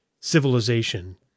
civilization